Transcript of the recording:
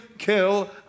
kill